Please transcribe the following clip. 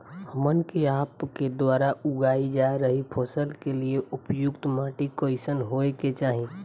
हमन के आपके द्वारा उगाई जा रही फसल के लिए उपयुक्त माटी कईसन होय के चाहीं?